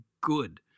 good